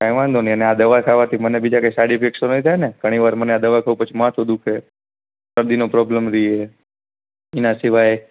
કંઈ વાંધો નહીં અને આ દવા ખાવાથી મને બીજા કોઈ સાઈડ ઈફેક્ટ તો નહીં થાય ને ઘણી વાર મને આ દવા ખાઉં પછી માથું દુઃખે શરદીનો પ્રોબ્લેમ રહે એના સિવાય